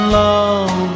love